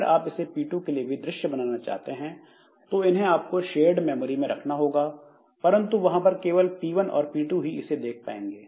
अगर आप इसे P2 के लिए भी दृश्य बनाना चाहते हैं तो इन्हें आपको शेयर्ड मेमोरी में रखना होगा परंतु वहां पर केवल P1 और P२ ही इसे देख पाएंगे